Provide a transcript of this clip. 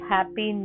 Happy